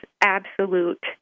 absolute